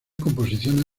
composiciones